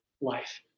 life